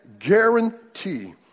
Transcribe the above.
guarantee